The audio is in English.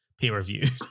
peer-reviewed